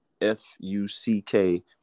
F-U-C-K